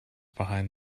behind